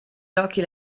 rocky